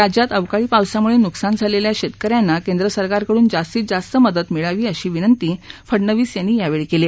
राज्यात अवकाळी पावसामुळे नुकसान झालेल्या शेतक यांना केंद्र सरकारकडून जास्तीत जास्त मदत मिळावी अशी विनंती फडणवीस यांनी यावेळी केली